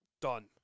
done